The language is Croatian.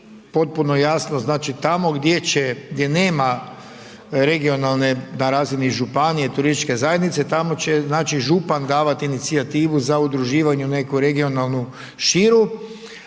potpuno jasno, znači tamo gdje će, gdje nema regionalne, na razini županije turističke zajednice tamo će znači župan davati inicijativu za udruživanje u neku regionalnu